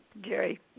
Jerry